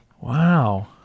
wow